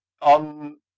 On